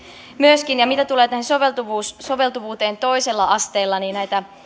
myöskin mitä tulee soveltuvuuteen soveltuvuuteen toisella asteella niin